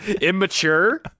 immature